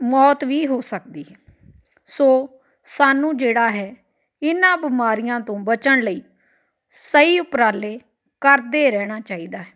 ਮੌਤ ਵੀ ਹੋ ਸਕਦੀ ਹੈ ਸੋ ਸਾਨੂੰ ਜਿਹੜਾ ਹੈ ਇਹਨਾਂ ਬਿਮਾਰੀਆਂ ਤੋਂ ਬਚਣ ਲਈ ਸਹੀ ਉਪਰਾਲੇ ਕਰਦੇ ਰਹਿਣਾ ਚਾਹੀਦਾ ਹੈ